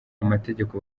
amategeko